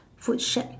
food shack